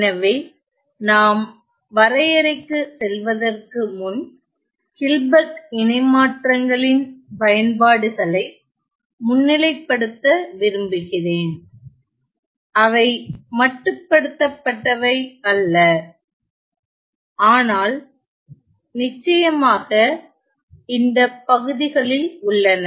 எனவே நாம் வரையறைக்குச் செல்வதற்கு முன் ஹில்பர்ட் இணைமாற்றங்களின் பயன்பாடுகளை முன்னிலைப்படுத்த விரும்புகிறேன் அவை மட்டுப்படுத்தப்பட்டவை அல்ல ஆனால் நிச்சயமாக இந்த பகுதிகளில் உள்ளன